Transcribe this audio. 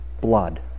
blood